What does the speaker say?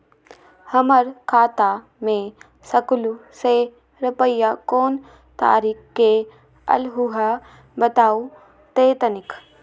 हमर खाता में सकलू से रूपया कोन तारीक के अलऊह बताहु त तनिक?